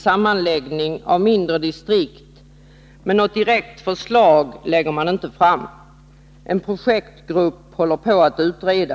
sammanläggning av mindre distrikt, men något direkt förslag lägger man inte fram. En projektgrupp håller på att utreda.